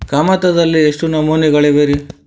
ಕಮತದಲ್ಲಿ ಎಷ್ಟು ನಮೂನೆಗಳಿವೆ ರಿ?